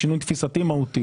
זה שינוי תפיסתי מהותי